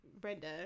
Brenda